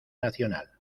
nacional